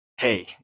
hey